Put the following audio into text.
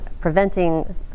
preventing